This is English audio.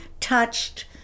touched